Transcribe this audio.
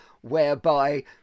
whereby